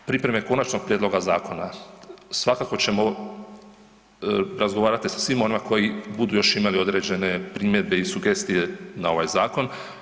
Do pripreme konačnog prijedloga zakona svakako ćemo razgovarati sa svima onima koji budu još imali određene primjedbe i sugestije na ovaj zakon.